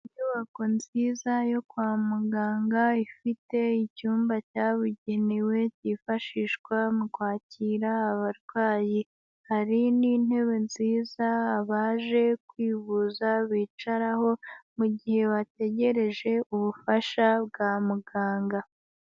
Inyubako nziza, yo kwa muganga, ifite icyumba cyabugenewe, cyifashishwa mu kwakira abarwayi. Hari n'intebe nziza, abaje kwivuza bicaraho, mu gihe bategereje ubufasha, bwa muganga.